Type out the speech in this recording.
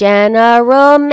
General